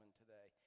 today